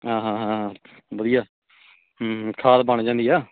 ਹਾਂ ਹਾਂ ਹਾਂ ਹਾਂ ਵਧੀਆ ਹੂੰ ਹੂੰ ਖਾਦ ਬਣ ਜਾਂਦੀ ਆ